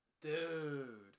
Dude